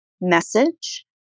message